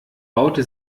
baute